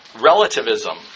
relativism